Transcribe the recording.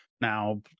Now